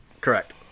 Correct